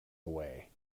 away